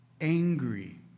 angry